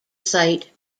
site